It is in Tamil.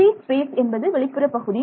பிரீ ஸ்பேஸ் என்பது வெளிப்புற பகுதி